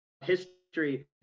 history